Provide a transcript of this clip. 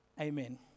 Amen